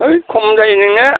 है खम जायो नोंनिया